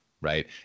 right